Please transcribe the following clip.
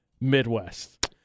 Midwest